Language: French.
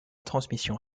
transmission